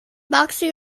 boxing